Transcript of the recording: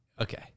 okay